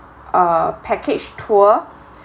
a package tour